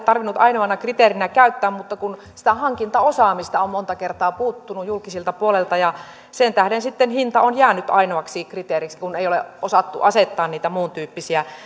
tarvinnut ainoana kriteerinä käyttää mutta sitä hankintaosaamista on monta kertaa puuttunut julkiselta puolelta ja sen tähden sitten hinta on jäänyt ainoaksi kriteeriksi kun ei ole osattu asettaa niitä muuntyyppisiä